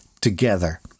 together